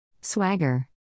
Swagger